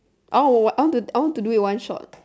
I wan~ I want to do it one shot